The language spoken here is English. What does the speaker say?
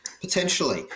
Potentially